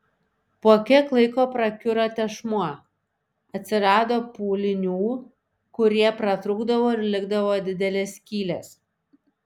po kiek laiko prakiuro tešmuo atsirado pūlinių kurie pratrūkdavo ir likdavo didelės skylės